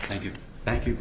thank you thank you